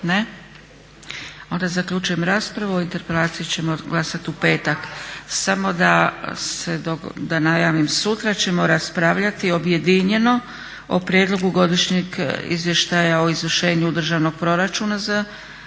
Ne. Zaključujem raspravu. O interpelaciji ćemo glasati u petak. Samo da najavim, sutra ćemo raspravljati objedinjeno o Prijedlogu godišnjeg izvještaja o izvršenju državnog proračuna za